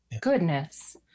goodness